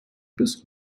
bis